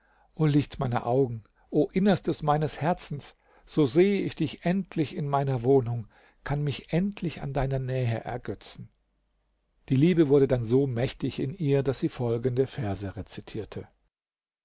o licht meiner augen o innerstes meines herzens so sehe ich dich endlich in meiner wohnung kann mich endlich an deiner nähe ergötzen die liebe wurde dann so mächtig in ihr daß sie folgende verse rezitierte